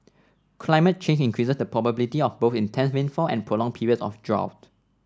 climate change increases the probability of both intense rainfall and prolonged periods of drought